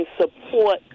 support